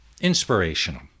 inspirational